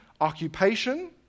occupation